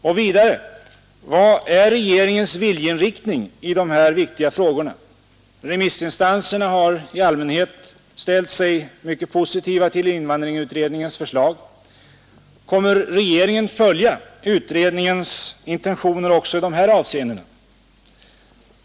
Och vidare: Vilken är regeringens viljeinriktning i dessa frågor? Remissinstanserna har i allmänhet ställt sig mycket positiva till invandrarutredningens förslag. Kommer regeringen att följa utredningens intentioner också i dessa avseenden?